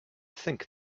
think